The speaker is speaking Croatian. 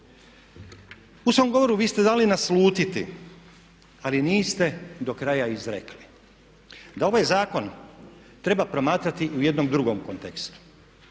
U svom govoru vi ste dali naslutiti ali niste do kraja izrekli da ovaj zakon treba promatrati i u jednom drugom kontekstu.